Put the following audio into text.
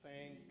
Thank